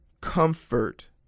comfort